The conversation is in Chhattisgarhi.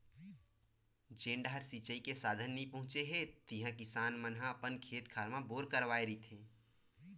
जेन डाहर सिचई के साधन नइ पहुचे हे तिहा किसान मन अपन खेत खार म बोर करवाए रहिथे